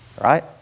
right